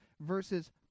versus